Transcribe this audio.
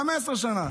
15 שנה.